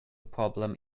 problem